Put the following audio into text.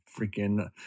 freaking